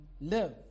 live